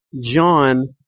John